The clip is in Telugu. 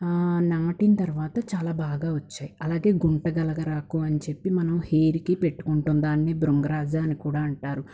నాటిన తర్వాత చాలా బాగా వచ్చాయి అలాగే గుంటగలగరాకు అని చెప్పి మనం హెయిర్కి పెట్టుకుంటుంది దానిని బృంగరాజ అని కూడా అంటారు